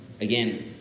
again